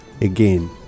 again